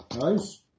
Nice